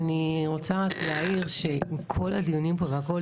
אני רוצה רק להעיר שעם כל הדיונים פה והכל,